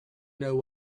know